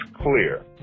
clear